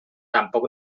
tampoc